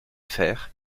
fers